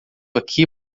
aqui